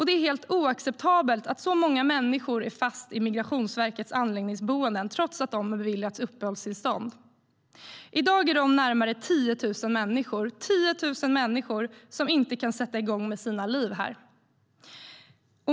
Det är helt oacceptabelt att så många människor är fast i Migrationsverkets anläggningsboenden, trots att de har beviljats uppehållstillstånd. I dag är det närmare 10 000 människor som inte kan sätta igång med sina liv här.